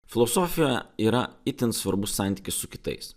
filosofija yra itin svarbus santykis su kitais